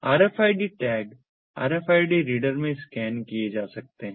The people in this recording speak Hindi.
RFID टैग RFID रीडर में स्कैन किए जा सकते हैं